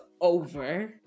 over